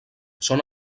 són